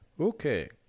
Okay